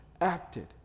acted